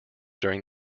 during